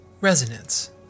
Resonance